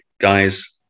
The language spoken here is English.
guys